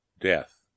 death